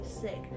sick